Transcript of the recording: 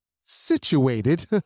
situated